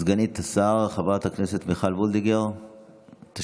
סגנית השר חברת הכנסת מיכל וולדיגר תשיב.